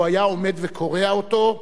והוא היה עומד וקורע אותו.